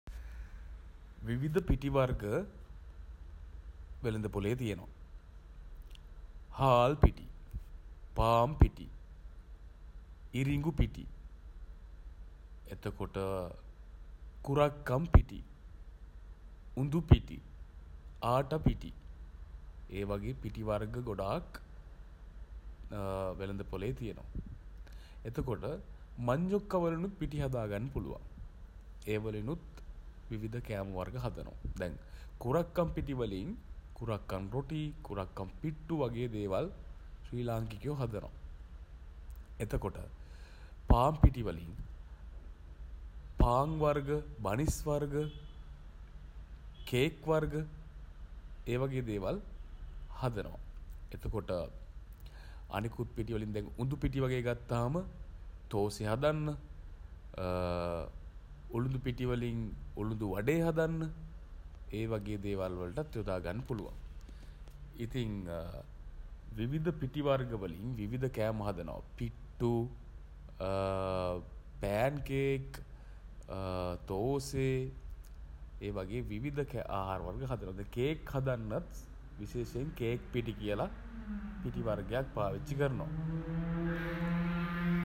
විවිධ පිටි වර්ග වෙළඳ පොලේ තියෙනවා. හාල් පිටි පාන් පිටි ඉරිඟු පිටි එතකොට කුරක්කන් පිටි උඳු පිටි ආටා පිටි ඒ පිටි වර්ග ගොඩාක් වෙළඳ පොලේ තියෙනවා. එතකොට මඤ්ඤොක්කා වලින් පිටි හදාගන්න පුළුවන්. ඒ වලිනුත් විවිධ කෑම වර්ග හදනවා. දැන් කුරක්කන් පිටිවලින් කුරක්කන් රොටී කුරක්කන් පිට්ටු වගේ දේවල් ශ්‍රී ලාංකිකයෝ හදනවා. එතකොට පාන් පිටි වලින් පාන් වර්ග බනිස් වර්ග කේක් වර්ග ඒ වගේ දේවල් හදනවා. එතකොට අනෙකුත් පිටුවලින් දැන් උඳු පිටි වගේ ගත්තාම තෝසෙ හදන්න උළුදු පිටිවලින් උළුදු වඩේ හදන්න ඒ වගේ දේවල් වලටත් යොදාගන්න පුළුවන්. ඉතින් විවිධ පිටි වර්ග වලින් විවිධ කෑම හදනවා. පිට්ටු පෑන් කේක් තෝසේ ඒ වගේ විවිධ ආහාර වර්ග හදනවා. දැන් කේක් හදන්නත් විශේෂයෙන් කේක් පිටි කියල පිටි වර්ගයක් පාවිච්චි කරනවා.